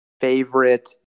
favorite